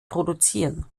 produzieren